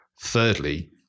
Thirdly